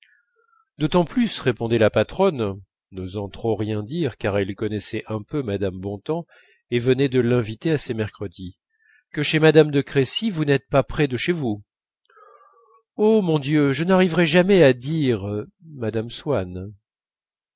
d'autant plus répondait la patronne n'osant trop rien dire car elle connaissait un peu mme bontemps et venait de l'inviter à ses mercredis que chez mme de crécy vous n'êtes pas près de chez vous oh mon dieu je n'arriverai jamais à dire madame swann